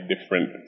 different